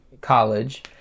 college